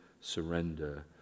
surrender